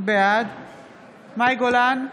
בעד מאי גולן,